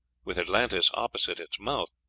with atlantis opposite its mouth.